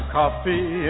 coffee